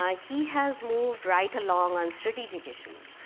ah he has moved right along on strategic issues.